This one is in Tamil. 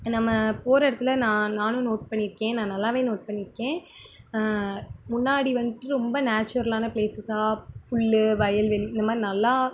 நம்ம போகிற இடத்துல நான் நானும் நோட் பண்ணியிருக்கேன் நான் நல்லாவே நோட் பண்ணியிருக்கேன் முன்னாடி வந்துட்டு ரொம்ப நேச்சுரலான ப்ளேஸஸ்ஸாக புல் வயல்வெளி இந்த மாதிரி நல்லா